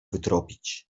wytropić